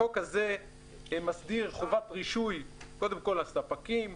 החוק הזה מסדיר חובת רישוי קודם כול לספקים,